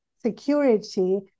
security